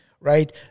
right